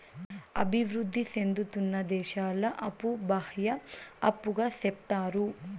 అభివృద్ధి సేందుతున్న దేశాల అప్పు బాహ్య అప్పుగా సెప్తారు